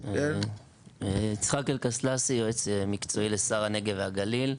יצחק אלקסלסי יועץ מקצועי לשר הנגב והגליל.